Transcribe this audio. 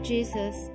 Jesus